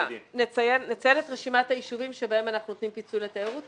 נציין את רשימת הישובים בהם אנחנו נותנים פיצוי לתיירות.